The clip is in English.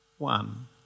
One